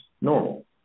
normal